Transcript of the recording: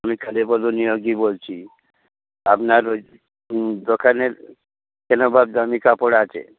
আমি কালিপদ নিয়োগী বলছি আপনার ওই দোকানের কেনা বা দামি কাপড় আছে